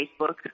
Facebook